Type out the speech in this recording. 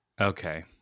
Okay